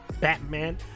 Batman